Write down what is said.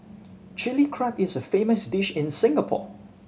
Chilli Crab is a famous dish in Singapore